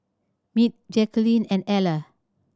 Mitch Jacqulyn and Eller